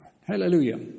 hallelujah